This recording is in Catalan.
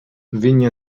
vinya